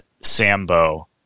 Sambo